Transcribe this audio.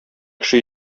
кеше